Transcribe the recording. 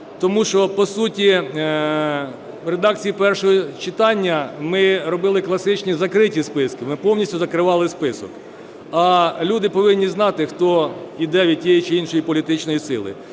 Тому що, по суті, в редакції першого читання ми робили класичні закриті списки, ми повністю закривали список, а люди повинні знати, хто йде від тієї чи іншої політичної сили.